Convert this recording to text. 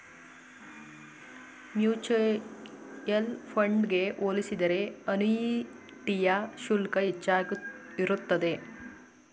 mutual fund ಗೆ ಹೋಲಿಸಿದರೆ ಅನುಯಿಟಿಯ ಶುಲ್ಕ ಹೆಚ್ಚಾಗಿರುತ್ತದೆ